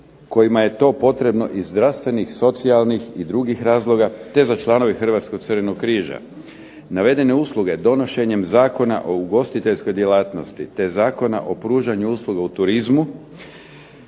kojima je to potrebno iz zdravstvenih, socijalnih i drugih razloga, ta za članove Hrvatskog Crvenog križa. Navedene usluge donošenjem Zakona o ugostiteljskoj djelatnosti, te Zakona o pružanju usluga u turizmu